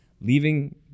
leaving